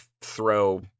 throw